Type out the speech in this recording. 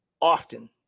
often